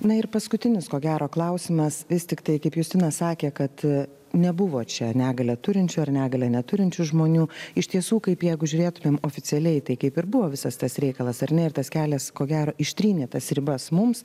na ir paskutinis ko gero klausimas vis tiktai kaip justina sakė kad nebuvo čia negalią turinčių ar negalia neturinčių žmonių iš tiesų kaip jeigu žiūrėtumėm oficialiai tai kaip ir buvo visas tas reikalas ar ne ir tas kelias ko gero ištrynė tas ribas mums